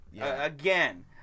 Again